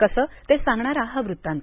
कसे ते सांगणारा हा वृत्तांत